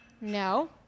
No